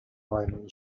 roman